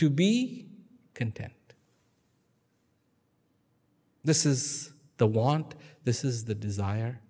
to be content this is the want this is the desire